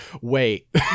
wait